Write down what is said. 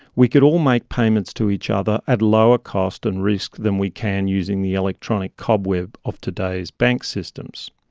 we could all make payments to each other at lower cost and risk than we can using the electronic cobweb of today's bank systems.